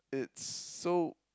it's so